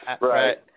Right